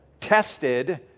tested